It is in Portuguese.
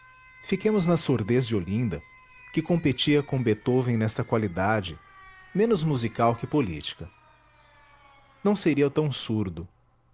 fiquemos na surdez de olinda que competia com beethoven nesta qualidade menos musical que política não seria tão surdo